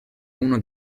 uno